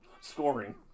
scoring